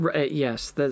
yes